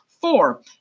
Four